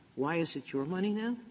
why is it your money now?